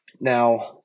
Now